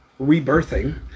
rebirthing